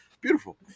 Beautiful